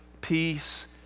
peace